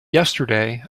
yesterday